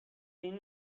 این